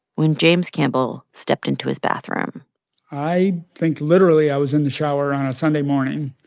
when james campbell stepped into his bathroom i think, literally, i was in the shower on a sunday morning,